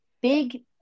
big